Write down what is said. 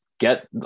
get